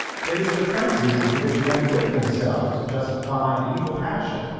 it is the frenzy into which men whip themselves to justify an evil passion.